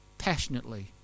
passionately